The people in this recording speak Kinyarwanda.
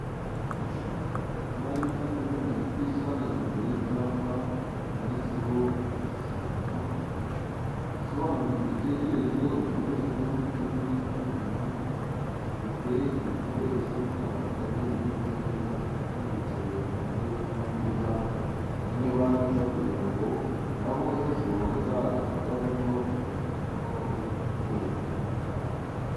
Umwarimu w’ubumenyi bw’isi ahagaze imbere y’icyapa cyanditseho ibishushanyo, asobanura igitekerezo, ibikoresho byo mu cyumba cy'isuzuma, afite ibikoresho bitandukanye biri ku meza, abanyeshuri bicaye ku ntebe bumva neza, bamwe bandika kugira na bo ejo hazaza hazavemo abavumbuzi cyangwa abakozi bakomeye b'inganda.